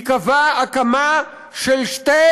היא קבעה הקמה של שתי